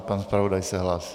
Pan zpravodaj se hlásí.